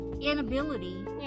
inability